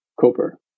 coper